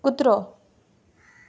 कुत्रो